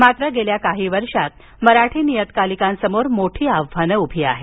मात्र गेल्या काही वर्षात मराठी नियतकालिकांसमोर मोठी आव्हानं उभी आहेत